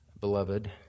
Beloved